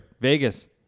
Vegas